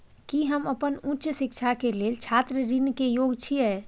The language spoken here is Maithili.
की हम अपन उच्च शिक्षा के लेल छात्र ऋण के योग्य छियै?